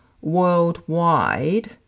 worldwide